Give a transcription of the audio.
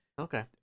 okay